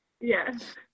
Yes